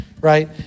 Right